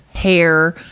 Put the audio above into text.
hair,